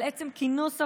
על עצם כינוס הוועדה,